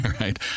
right